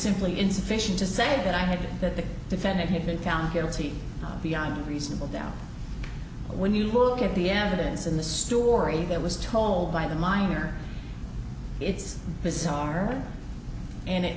simply insufficient to say that i had that the defendant had been found guilty beyond reasonable doubt when you look at the evidence in the story that was told by the minor it's bizarre and it